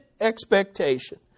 expectation